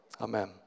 Amen